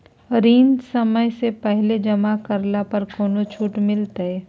ऋण समय से पहले जमा करला पर कौनो छुट मिलतैय?